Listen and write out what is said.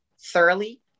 thoroughly